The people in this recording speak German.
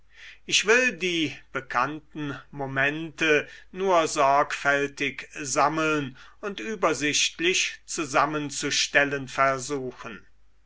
ich will die bekannten momente nur sorgfältig sammeln und übersichtlich zusammenzustellen versuchen